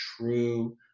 true